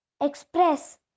Express